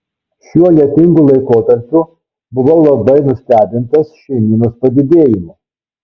šiuo lietingu laikotarpiu buvau labai nustebintas šeimynos padidėjimu